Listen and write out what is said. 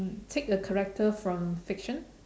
take a character from fiction